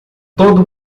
todo